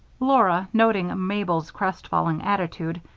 laura, noting mabel's crestfallen attitude,